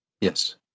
Yes